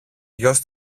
γιος